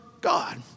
God